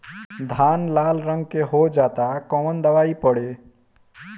धान लाल रंग के हो जाता कवन दवाई पढ़े?